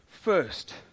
first